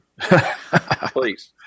Please